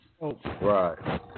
right